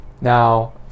Now